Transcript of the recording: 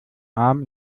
arm